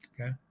okay